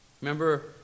Remember